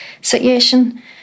situation